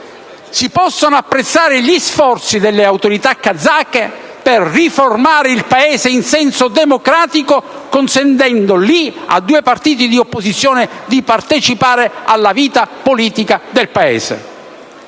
si possono apprezzare «gli sforzi delle autorità kazake per riformare il Paese in senso democratico», consentendo lì a due partiti di opposizione di partecipare alla vita politica del Paese.